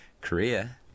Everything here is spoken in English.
Korea